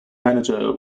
manager